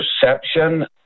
perception